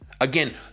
Again